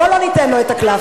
בואו לא ניתן לו את הקלף הזה.